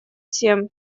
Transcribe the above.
семь